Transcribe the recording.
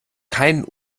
keinen